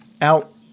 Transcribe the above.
out